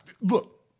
Look